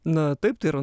na taip tai yra